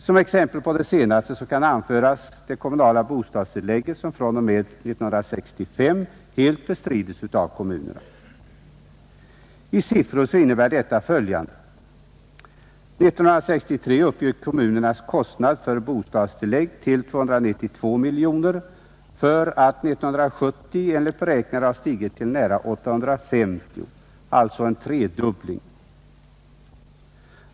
Som exempel på den senare kategorin kan nämnas det kommunala bostadstillägget, som fr.o.m. 1965 helt bestrids av kommunerna. I siffror innebär detta följande. År 1963 uppgick kommunernas kostnader för bostadstillägg till 292 miljoner kronor för att 1970 enligt gjorda beräkningar ha stigit till nära 850 miljoner kronor — alltså en tredubbling.